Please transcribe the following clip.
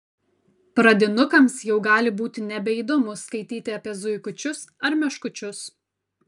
pradinukams jau gali būti nebeįdomu skaityti apie zuikučius ar meškučius